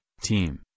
team